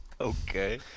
Okay